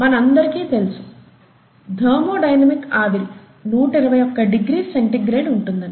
మనందరికీ తెలుసు థెర్మోడైనమిక్ ఆవిరి 121 డిగ్రీస్ సెంటీగ్రేడ్ ఉంటుందని